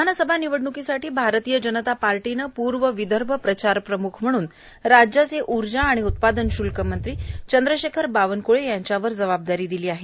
विधानसभा निवडणुकीसाठी आरतीय जनता पार्टीने पूर्व विदर्भ प्रचारप्रमूख म्हणून राज्याचे ऊर्जा आणि उत्पादन श्ल्क मंत्री चंद्रशेखर बावनक्ळे यांच्यावर जबाबदारी दिली आहे